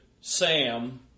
Sam